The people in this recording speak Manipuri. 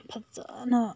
ꯐꯖꯅ